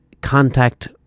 contact